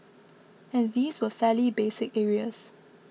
and these were fairly basic areas